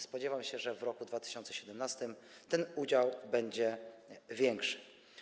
Spodziewam się, że w roku 2017 ten udział będzie większy.